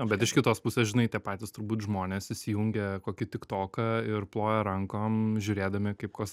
bet iš kitos pusės žinai tie patys turbūt žmonės įsijungia kokį tik toką ir ploja rankom žiūrėdami kaip koks